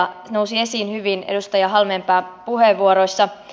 se nousi esiin hyvin edustaja halmeenpään puheenvuorossa